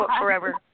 forever